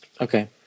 Okay